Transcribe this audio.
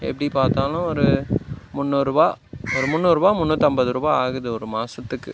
எப்படி பார்த்தாலும் ஒரு முந்நூறுபாய் ஒரு முந்நூறுபாய் முந்நூற்றி ஐம்பது ரூபாய் ஆகுது ஒரு மாதத்துக்கு